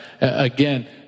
again